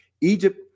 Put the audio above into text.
Egypt